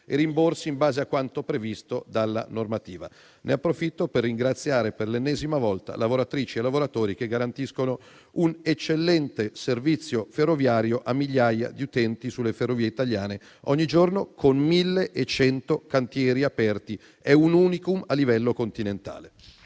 e rimborsi in base a quanto previsto dalla normativa. Ne approfitto per ringraziare per l'ennesima volta lavoratrici e lavoratori che garantiscono un eccellente servizio ferroviario a migliaia di utenti sulle ferrovie italiane ogni giorno, con 1.100 cantieri aperti e si tratta di un *unicum* a livello continentale.